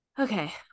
okay